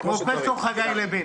פרופ' חגי לוין.